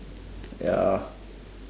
ya